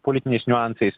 politiniais niuansais